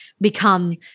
become